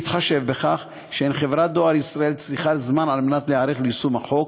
בהתחשב בכך שחברת דואר ישראל צריכה זמן על מנת להיערך ליישום החוק,